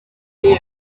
going